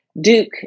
Duke